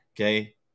Okay